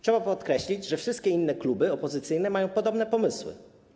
Trzeba podkreślić, że wszystkie inne kluby opozycyjne mają podobne pomysły.